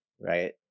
right